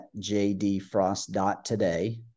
jdfrost.today